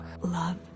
Love